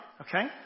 Okay